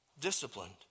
disciplined